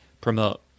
promote